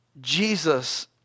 Jesus